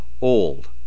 old